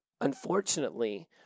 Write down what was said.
Unfortunately